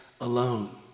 alone